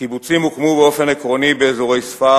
הקיבוצים הוקמו באופן עקרוני באזורי ספר,